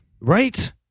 Right